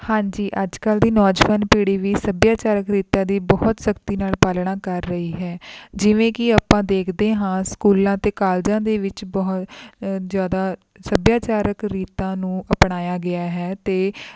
ਹਾਂਜੀ ਅੱਜ ਕੱਲ੍ਹ ਦੀ ਨੌਜਵਾਨ ਪੀੜ੍ਹੀ ਵੀ ਸਭਿਆਚਾਰਕ ਰੀਤਾਂ ਦੀ ਬਹੁਤ ਸਖਤੀ ਨਾਲ ਪਾਲਣਾ ਕਰ ਰਹੀ ਹੈ ਜਿਵੇਂ ਕਿ ਆਪਾਂ ਦੇਖਦੇ ਹਾਂ ਸਕੂਲਾਂ ਅਤੇ ਕਾਲਜਾਂ ਦੇ ਵਿੱਚ ਬਹੁਤ ਜ਼ਿਆਦਾ ਸਭਿਆਚਾਰਕ ਰੀਤਾਂ ਨੂੰ ਅਪਣਾਇਆ ਗਿਆ ਹੈ ਅਤੇ